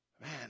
man